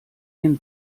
den